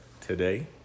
today